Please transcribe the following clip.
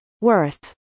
worth